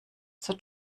zur